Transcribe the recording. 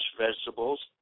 vegetables